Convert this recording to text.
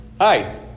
Hi